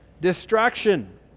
Distraction